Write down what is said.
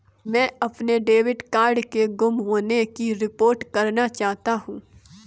मैं अपने debit card के गुम होने की रिपोर्ट करना चाहता हूँ